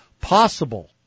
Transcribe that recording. possible